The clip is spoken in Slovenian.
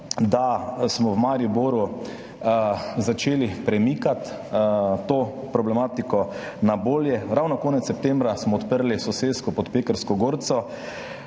da smo v Mariboru začeli premikati to problematiko na bolje. Ravno konec septembra smo odprli sosesko Pod Pekrsko gorco,